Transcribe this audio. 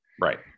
right